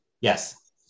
Yes